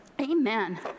Amen